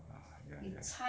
ah ya ya ya